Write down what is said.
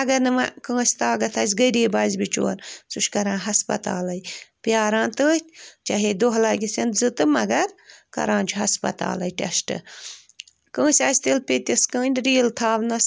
اگر نہٕ وۅں کٲنٛسہِ طاقتھ آسہِ غریٖب آسہِ بِچور سُہ چھُ کَران ہسپتالَے پران تٔتھۍ چاہیے دۄہ لگٮ۪س یا زٕ تہٕ مگر کَران چھُ ہسپتالَے ٹٮ۪سٹہٕ کٲنٛسہِ آسہِ تیٖلہٕ پٮ۪تِس کٔنۍ ریٖل تھاونس